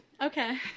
Okay